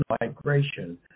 migration